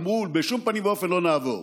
אמרו: בשום פנים לא נעבור.